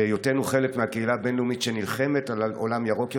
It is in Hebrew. בהיותנו חלק מהקהילה הבין-לאומית שנלחמת על עולם ירוק יותר?